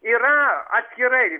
yra atskirai